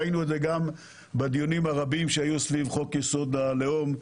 ראינו את זה גם בדיונים הרבים שהיו סביב חוק יסוד: הלאום,